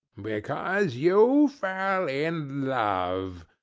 because you fell in love!